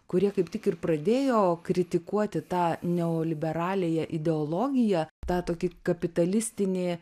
kurie kaip tik ir pradėjo kritikuoti tą neoliberaliąją ideologiją tą tokį kapitalistinį